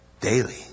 daily